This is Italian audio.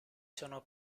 sono